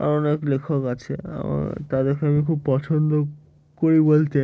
আরও অনেক লেখক আছে আমার তাদেরকে আমি খুব পছন্দ করি বলতে